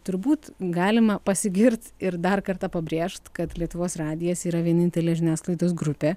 turbūt galima pasigirt ir dar kartą pabrėžt kad lietuvos radijas yra vienintelė žiniasklaidos grupė